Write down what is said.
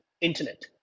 internet